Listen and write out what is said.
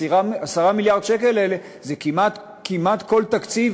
10 מיליארד השקל האלה זה כמעט כל תקציב